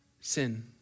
sin